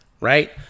Right